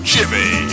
Jimmy